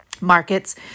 markets